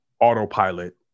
autopilot